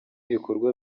ibikorwa